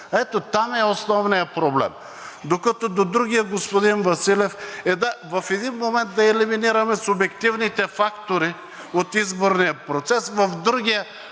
Ето, там е основният проблем. Докато до другия, господин Василев – е, да, в един момент да елиминираме субективните фактори от изборния процес в другия